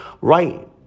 right